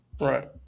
Right